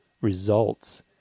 results